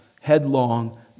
headlong